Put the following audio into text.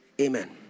amen